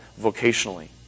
vocationally